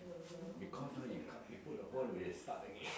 ah awareness awareness for entertainment lah